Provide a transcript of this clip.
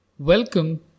Welcome